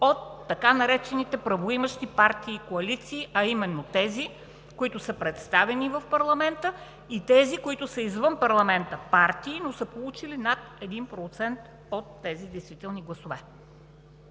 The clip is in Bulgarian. от така наречените правоимащи партии и коалиции, а именно тези, които са представени в парламента и тези, които са извън него, но са получили над 1% от действителните гласове.